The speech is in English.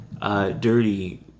Dirty